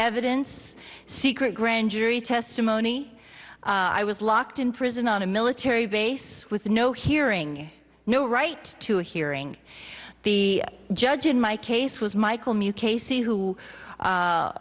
evidence secret grand jury testimony i was locked in prison on a military base with no hearing no right to hearing the judge in my case was michael mukasey who